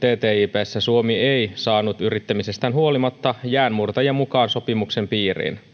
ttipssä suomi ei saanut yrittämisestään huolimatta jäänmurtajia mukaan sopimuksen piiriin